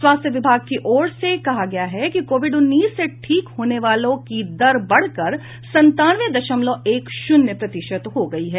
स्वास्थ्य विभाग की ओर से कहा गया है कि कोविड उन्नीस से ठीक होने वालों की दर बढ़कर संतानवे दशमलव एक शून्य प्रतिशत हो गयी है